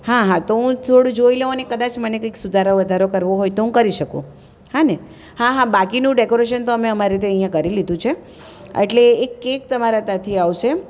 હા હા તો હું થોડું જોઈ લઉં અને કદાચ મને કંઈક સુધારો વધારો કરવો હોય તો હું કરી શકું હાને હા હા બાકીનું ડેકોરેસન તો અમે અમારી રીતે અહીંયાં કરી લીધું છે અટલે એક કેક તમારા ત્યાંથી આવશે એમ